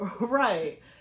Right